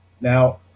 Now